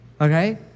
okay